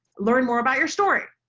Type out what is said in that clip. learn more about your story.